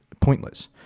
pointless